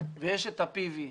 ויש את ה-פי.וי.